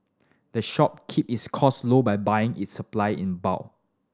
the shop keep its costs low by buying its supply in bulk